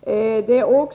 Vidare är